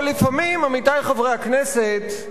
אבל לפעמים, עמיתי חברי הכנסת,